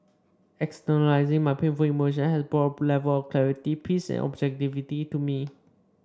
externalising my painful emotion had brought A Level of clarity peace and objectivity to me